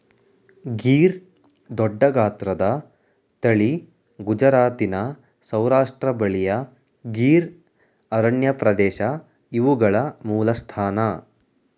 ಗೀರ್ ದೊಡ್ಡಗಾತ್ರದ ತಳಿ ಗುಜರಾತಿನ ಸೌರಾಷ್ಟ್ರ ಬಳಿಯ ಗೀರ್ ಅರಣ್ಯಪ್ರದೇಶ ಇವುಗಳ ಮೂಲಸ್ಥಾನ